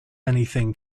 anything